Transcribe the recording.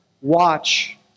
watch